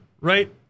Right